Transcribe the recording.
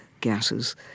gases